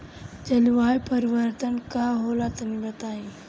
जलवायु परिवर्तन का होला तनी बताई?